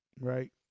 right